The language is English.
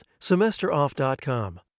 SemesterOff.com